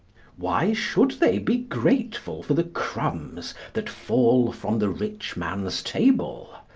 why should they be grateful for the crumbs that fall from the rich man's table?